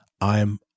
I'm